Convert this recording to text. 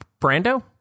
Brando